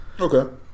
Okay